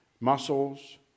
muscles